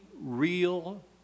real